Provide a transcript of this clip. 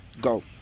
Go